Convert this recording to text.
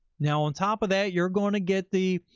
now on top of that, you're going to get the